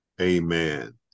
Amen